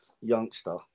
youngster